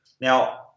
Now